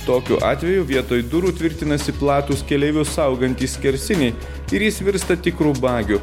tokiu atveju vietoj durų tvirtinasi platūs keleivius saugantys skersiniai ir jis virsta tikru bagiu